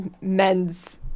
men's